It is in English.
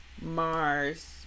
Mars